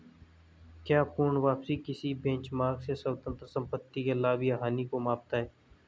क्या पूर्ण वापसी किसी बेंचमार्क से स्वतंत्र संपत्ति के लाभ या हानि को मापता है?